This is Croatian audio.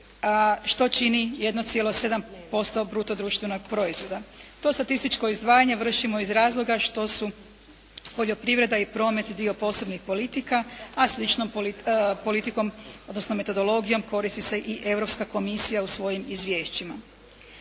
što čini 1,7% bruto društvenog proizvoda. To statističko izdvajanje vršimo iz razloga što su poljoprivreda i promet dio posebnih politika a sličnom politikom odnosno metodologijom koristi se i Europska komisija u svojim izvješćima.